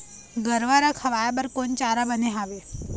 गरवा रा खवाए बर कोन चारा बने हावे?